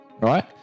Right